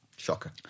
Shocker